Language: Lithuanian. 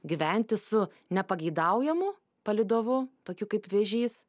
gyventi su nepageidaujamu palydovu tokiu kaip vėžys